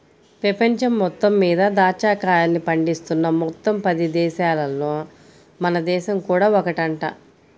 పెపంచం మొత్తం మీద దాచ్చా కాయల్ని పండిస్తున్న మొత్తం పది దేశాలల్లో మన దేశం కూడా ఒకటంట